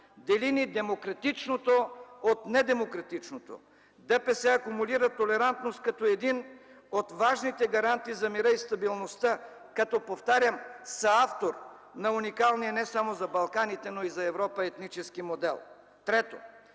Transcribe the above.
дели ни демократичното от недемократичното! Движението за права и свободи акумулира толерантност като един от важните гаранти за мира и стабилността, като, повтарям, съавтор на уникалния не само за Балканите, но и за Европа етнически модел! Трето,